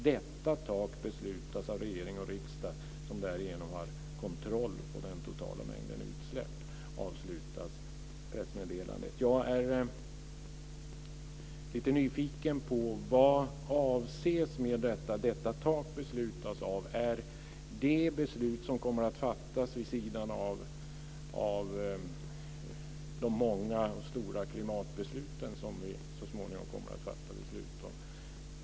Detta tak beslutas av regering och riksdag som därigenom har kontroll på den totala mängden utsläpp, avslutas pressmeddelandet. Jag är nyfiken på vad som avses med "detta tak beslutas av". Är det beslut som kommer att fattas vid sidan av de många och stora klimatbesluten som så småningom kommer?